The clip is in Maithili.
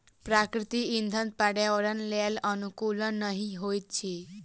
प्राकृतिक इंधन पर्यावरणक लेल अनुकूल नहि होइत अछि